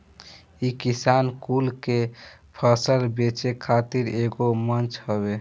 इ किसान कुल के फसल बेचे खातिर एगो मंच हवे